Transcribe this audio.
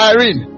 Irene